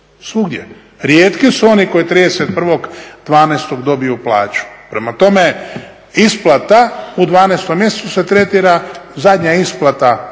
svugdje. Rijetki su oni koji 31.12. dobiju plaću. Prema tome, isplata u 12 mjesecu se tretira zadnja isplata plaće